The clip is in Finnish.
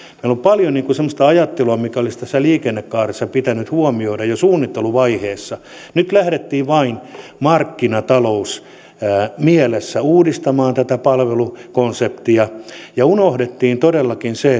meillä on paljon semmoista ajattelua mikä olisi tässä liikennekaaressa pitänyt huomioida jo suunnitteluvaiheessa nyt lähdettiin vain markkinatalousmielessä uudistamaan tätä palvelukonseptia ja unohdettiin todellakin se